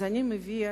אז אני מביעה,